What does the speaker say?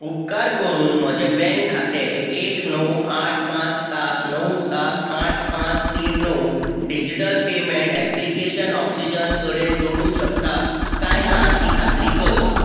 उपकार करून म्हजे बँक खातें एक णव आठ पांस सात णव सात आठ पांच तीन णव डिजीटल पेमँट ऍप्लिकेशन ऑक्सिजन कडेन जोडूंक शकता काय ना ती खात्री कर